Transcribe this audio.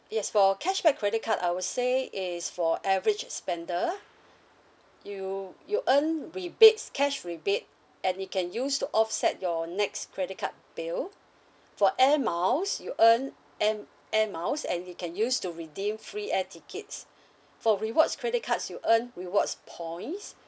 yes for cashback credit card I would say it is for average spender you you earn rebates cash rebate and it can use to offset your next credit card bill for air miles you earn air air miles and you can use to redeem free air tickets for rewards credit cards you earn rewards points